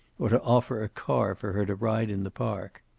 or to offer a car for her to ride in the park.